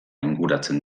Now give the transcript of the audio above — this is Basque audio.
inguratzen